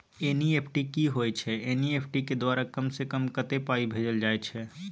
NEFT की होय छै एन.ई.एफ.टी के द्वारा कम से कम कत्ते पाई भेजल जाय छै?